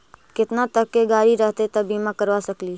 केतना तक के गाड़ी रहतै त बिमा करबा सकली हे?